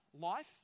life